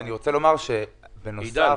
בנוסף